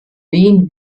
wen